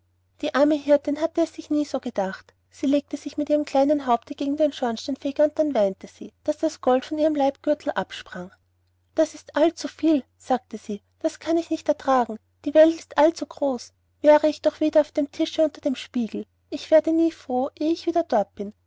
die arme hirtin hatte es sich nie so gedacht sie legte sich mit ihrem kleinen haupte gegen ihren schornsteinfeger und dann weinte sie daß das gold von ihrem leibgürtel absprang das ist allzuviel sagte sie das kann ich nicht ertragen die welt ist allzu groß wäre ich doch wieder auf dem tische unter dem spiegel ich werde nie froh ehe ich wieder dort bin